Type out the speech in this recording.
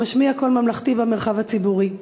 שמשמיע קול ממלכתי במרחב הציבורי.